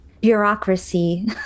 Bureaucracy